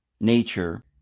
nature